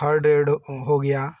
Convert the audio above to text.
third add हो गया